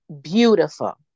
beautiful